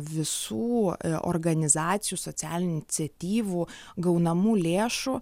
visų organizacijų socialinių iniciatyvų gaunamų lėšų